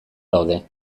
daude